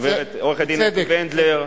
עורכת-הדין אתי בנדלר,